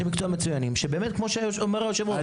שכמו שאומר שהיו"ר,